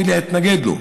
ולהתנגד לו.